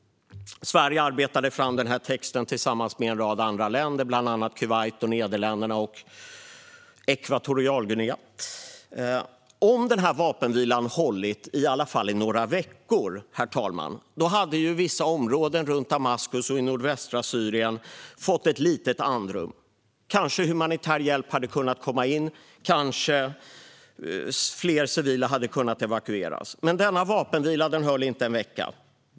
Sverige arbetade fram den här texten tillsammans med en rad andra länder, bland annat Kuwait, Nederländerna och Ekvatorialguinea. Om vapenvilan hade hållit i åtminstone några veckor, herr talman, hade vissa områden runt Damaskus och i nordvästra Syrien fått ett litet andrum. Kanske humanitär hjälp hade kunnat komma in. Kanske fler civila hade kunnat evakueras. Men denna vapenvila höll inte en vecka.